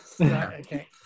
okay